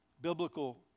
biblical